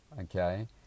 okay